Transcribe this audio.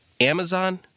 Amazon